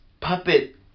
puppet